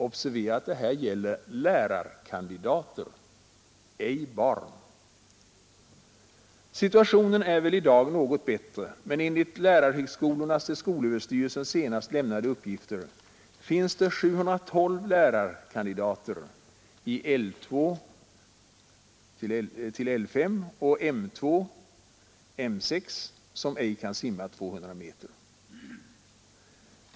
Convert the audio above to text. Observera att det här gäller lärarkandidater, ej barn! Situationen är väl i dag något bättre, men enligt lärarhögskolornas till skolöverstyrelsen senast lämnade uppgifter finns det 712 lärarkandidater i L2—LS och M2-M6 som inte kan simma 200 meter.